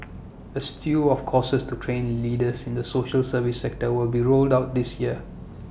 A slew of courses to train leaders in the social service sector will be rolled out this year